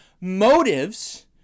motives